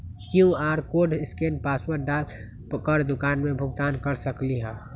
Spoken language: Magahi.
कियु.आर कोड स्केन पासवर्ड डाल कर दुकान में भुगतान कर सकलीहल?